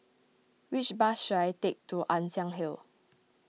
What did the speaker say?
which bus should I take to Ann Siang Hill